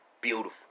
Beautiful